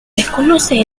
desconoce